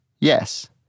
yes